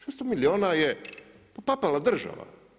600 milijuna je popala država.